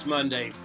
Monday